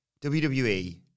WWE